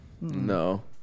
No